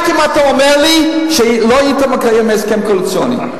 רק אם אתה אומר לי שלא היית מקיים הסכם קואליציוני.